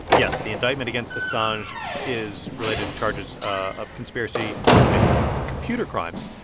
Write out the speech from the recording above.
yes, the indictment against assange is related to charges of conspiracy to commit computer crimes.